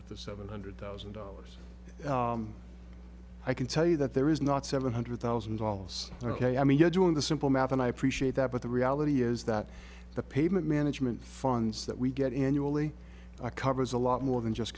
with the seven hundred thousand dollars i can tell you that there is not seven hundred thousand dollars ok i mean you're doing the simple math and i appreciate that but the reality is that the pavement management funds that we get annually covers a lot more than just